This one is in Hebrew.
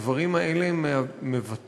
הדברים האלה מבטאים